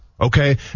Okay